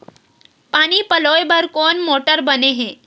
पानी पलोय बर कोन मोटर बने हे?